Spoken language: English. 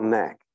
neck